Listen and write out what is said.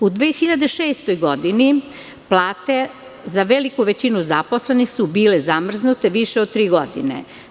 U godini 2006. plate za veliku većinu zaposlenih su bile zamrznute više od tri godine.